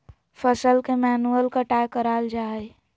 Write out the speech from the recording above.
फसल के मैन्युअल कटाय कराल जा हइ